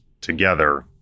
together